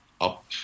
up